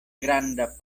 granda